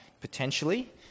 potentially